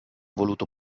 voluto